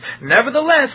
nevertheless